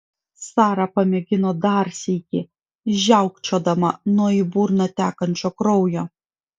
sara pamėgino dar sykį žiaukčiodama nuo į burną tekančio kraujo